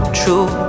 true